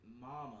Mama